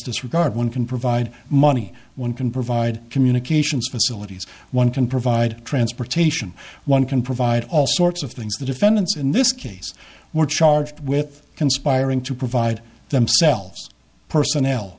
disregard one can provide money one can provide communications facilities one can provide transportation one can provide all sorts of things the defendants in this case were charged with conspiring to provide themselves personnel